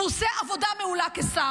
והוא עושה עבודה מעולה כשר.